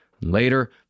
later